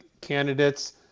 candidates